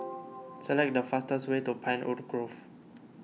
select the fastest way to Pinewood Grove